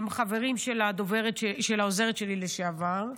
הם חברים של העוזרת שלי לשעבר.